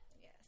Yes